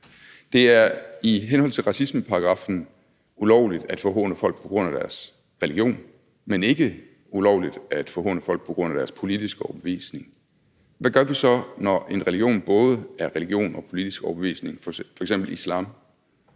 Det er i henhold til racismeparagraffen ulovligt at forhåne folk på grund af deres religion, men ikke ulovligt at forhåne folk på grund af deres politiske overbevisning. Hvad gør vi så, når en religion både er religion og politisk overbevisning, f.eks. islam?